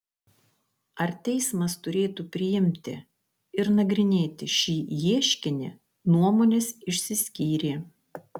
ar teismas turėtų priimti ir nagrinėti šį ieškinį nuomonės išsiskyrė